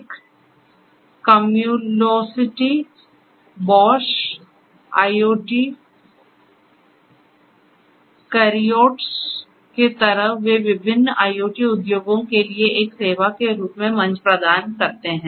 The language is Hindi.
एक कम्यूलोसिटी बॉश IoT कैरियोट्स की तरह वे विभिन्न IoT उद्योगों के लिए एक सेवा के रूप में मंच प्रदान करते हैं